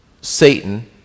Satan